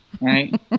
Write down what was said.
right